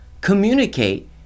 communicate